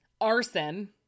Arson